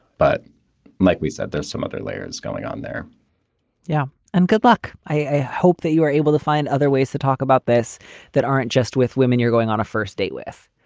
but like we said, there's some other layers going on there yeah. and good luck. i hope that you are able to find other ways to talk about this that aren't just with women. you're going on a first date with.